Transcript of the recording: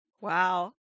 wow